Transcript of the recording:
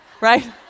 right